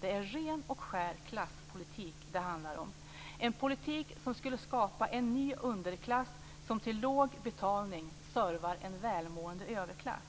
Det är ren och skär klasspolitik som det handlar om, en politik som skulle skapa en ny underklass som till låg betalning servar en välmående överklass.